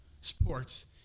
sports